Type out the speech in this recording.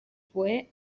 fue